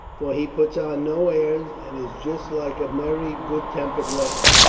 for he puts on no airs, and is just like a merry, good tempered lad,